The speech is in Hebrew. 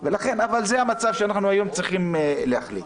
אבל זה המצב שאנחנו היום צריכים להחליט.